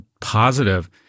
positive